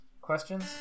questions